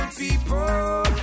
people